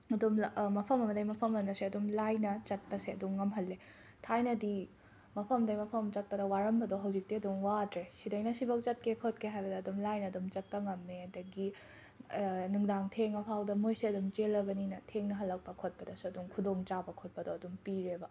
ꯑꯗꯨꯝ ꯂ ꯃꯐꯝ ꯑꯃꯗꯩ ꯃꯐꯝ ꯑꯃꯗꯁꯨ ꯑꯗꯨꯝ ꯂꯥꯏꯅ ꯆꯠꯄꯁꯦ ꯑꯗꯨꯝ ꯉꯝꯍꯜꯂꯦ ꯊꯥꯏꯅꯗꯤ ꯃꯐꯝ ꯑꯝꯗꯩ ꯃꯐꯝ ꯑꯃꯗ ꯆꯠꯄ ꯋꯥꯔꯝꯕꯗꯣ ꯍꯧꯖꯤꯛꯇꯤ ꯑꯗꯨꯝ ꯋꯥꯗ꯭ꯔꯦ ꯁꯤꯗꯩꯅ ꯁꯤꯐꯧ ꯆꯠꯀꯦ ꯈꯣꯠꯀꯦ ꯍꯥꯏꯕꯗ ꯑꯗꯨꯝ ꯂꯥꯏꯅ ꯑꯗꯨꯝ ꯆꯠꯄ ꯉꯝꯃꯦ ꯑꯗꯒꯤ ꯅꯨꯡꯗꯥꯡ ꯊꯦꯡꯉꯐꯥꯎꯗ ꯃꯣꯏꯁꯦ ꯑꯗꯨꯝ ꯆꯦꯜꯂꯕꯅꯤꯅ ꯊꯦꯡꯅ ꯍꯜꯂꯛꯄ ꯈꯣꯠꯄꯗꯁꯨ ꯑꯗꯨꯝ ꯈꯨꯗꯣꯡ ꯆꯥꯕ ꯈꯣꯠꯄꯗꯣ ꯑꯗꯨꯝ ꯄꯤꯔꯦꯕ